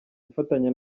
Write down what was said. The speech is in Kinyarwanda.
gufatanya